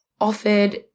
offered